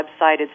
website